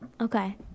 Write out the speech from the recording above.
okay